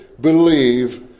believe